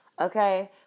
Okay